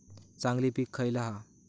चांगली पीक खयला हा?